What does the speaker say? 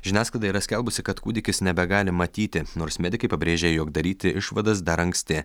žiniasklaida yra skelbusi kad kūdikis nebegali matyti nors medikai pabrėžė jog daryti išvadas dar anksti